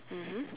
mmhmm